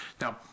Now